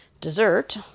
dessert